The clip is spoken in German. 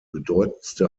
bedeutendste